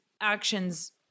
actions